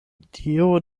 dio